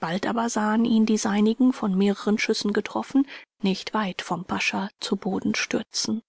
bald aber sahen ihn die seinigen von mehreren schüssen getroffen nicht weit vom pascha zu boden stürzen